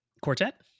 Quartet